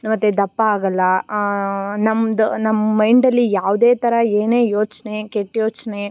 ಮತ್ತು ದಪ್ಪ ಆಗೋಲ್ಲ ನಮ್ದು ನಮ್ಮ ಮೈಂಡಲ್ಲಿ ಯಾವುದೇ ಥರ ಏನೇ ಯೋಚನೆ ಕೆಟ್ಟ ಯೋಚನೆ